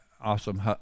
awesome